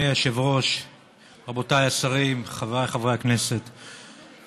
על ידי ועדת השרים יחולט באופן סופי מתוך סך